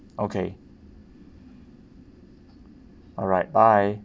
okay alright bye